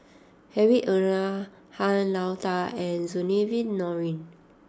Hedwig Anuar Han Lao Da and Zainudin Nordin